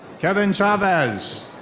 kevin chavez.